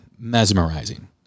mesmerizing